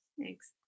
Thanks